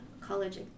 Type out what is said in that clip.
college